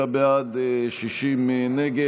55 בעד, 60 נגד.